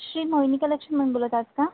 श्री मोहिनी कलेक्शनमधून बोलत आहात का